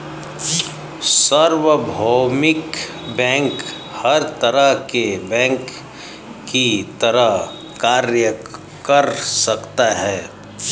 सार्वभौमिक बैंक हर तरह के बैंक की तरह कार्य कर सकता है